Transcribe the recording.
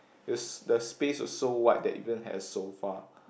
is the space was so wide that it even had a sofa